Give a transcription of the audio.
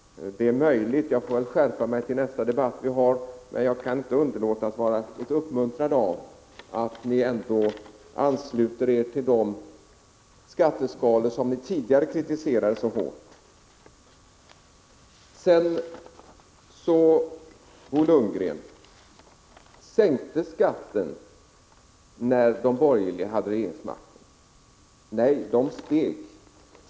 Det är möjligt, jag får väl skärpa mig till nästa debatt, men jag kan inte undgå att vara uppmuntrad av att ni ändå ansluter er till de skatteskalor som ni tidigare kritiserat så hårt. Sedan till Bo Lundgren: Sänktes skatterna när de borgerliga hade regeringsmakten? Nej, de steg.